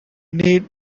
need